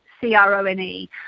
C-R-O-N-E